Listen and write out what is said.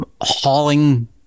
hauling